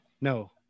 No